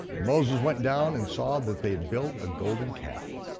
moses went down and saw that they had built a golden calf.